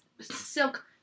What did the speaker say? Silk